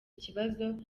kibazo